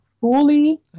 fully